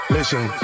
Listen